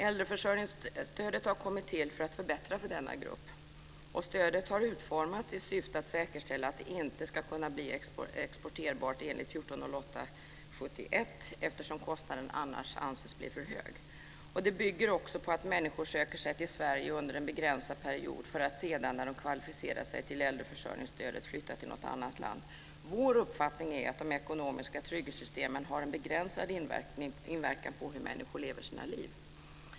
Äldreförsörjningsstödet har kommit till för att förbättra för denna grupp. Stödet har utformats i syfte att säkerställa att det inte ska kunna bli exporterbart enligt 1408/71, eftersom kostnaden annars anses bli för hög. Det bygger också på att människor söker sig till Sverige under en begränsad period för att sedan, när de kvalificerat sig till äldreförsörjningsstödet, flytta till något annat land. Vår uppfattning är att de ekonomiska trygghetssystemen har en begränsad inverkan på hur människor lever sina liv.